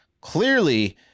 Clearly